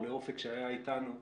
או לאופק שדיבר קודם,